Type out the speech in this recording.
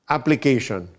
Application